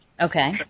Okay